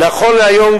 נכון להיום,